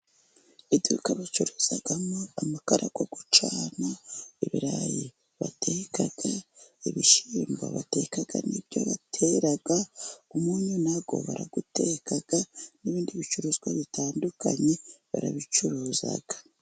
Iduka bacuruzamo amakara yo gucana, ibirayi bateka, ibishyimbo bateka, n'ibyo batera, umunyu nawo barawuteka n'ibindi bicuruzwa bitandukanye barabicuruza.